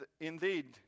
indeed